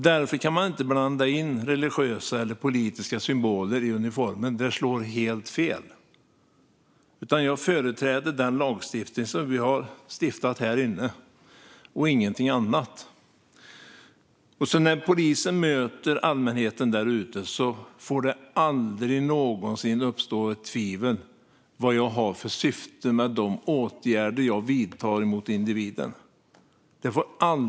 Därför kan man inte blanda in religiösa eller politiska symboler i uniformen; det slår helt fel. Jag företräder de lagar som vi har stiftat här inne och inget annat. När jag som polis möter allmänheten där ute får det aldrig någonsin uppstå tvivel om vad jag har för syfte med de åtgärder jag vidtar mot individen.